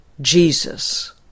Jesus